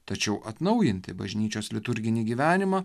tačiau atnaujinti bažnyčios liturginį gyvenimą